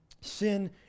Sin